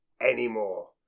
anymore